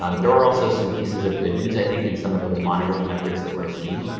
um there are also some pieces of good news, i think, in some of those monitoring efforts that we're seeing,